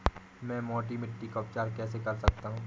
मैं मोटी मिट्टी का उपचार कैसे कर सकता हूँ?